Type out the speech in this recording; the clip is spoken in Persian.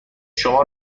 شما